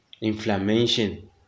inflammation